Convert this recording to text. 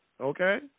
okay